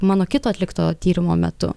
mano kito atlikto tyrimo metu